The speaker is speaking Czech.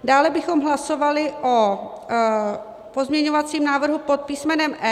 Dále bychom hlasovali o pozměňovacím návrhu pod písmenem E.